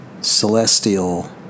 celestial